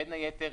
בין היתר,